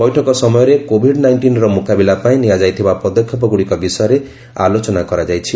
ବୈଠକ ସମୟରେ କୋଭିଡ୍ ନାଇଷ୍ଟିନ୍ର ମୁକାବିଲା ପାଇଁ ନିଆଯାଇଥିବା ପଦକ୍ଷେପଗୁଡ଼ିକ ବିଷୟରେ ଆଲୋଚନା କରାଯାଇଛି